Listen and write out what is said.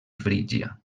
frígia